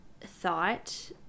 thought